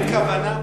אין כוונה מודעת.